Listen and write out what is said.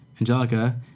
Angelica